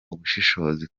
ubushishozi